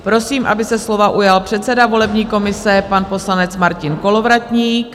Prosím, aby se slova ujal předseda volební komise, pan poslanec Martin Kolovratník.